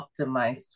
optimized